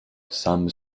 some